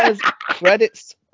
credits